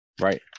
right